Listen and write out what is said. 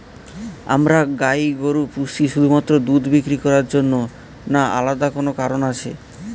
আমরা গাই গরু পুষি শুধুমাত্র দুধ বিক্রি করার জন্য না আলাদা কোনো কারণ আছে?